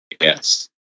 yes